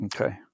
okay